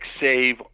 save